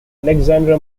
alexandra